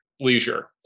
leisure